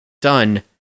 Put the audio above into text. done